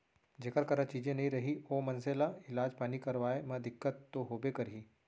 जेकर करा चीजे नइ रही ओ मनसे ल इलाज पानी करवाय म दिक्कत तो होबे करही